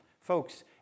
Folks